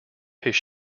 his